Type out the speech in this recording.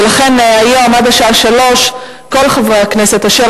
ולכן היום עד השעה 15:00 כל חברי הכנסת אשר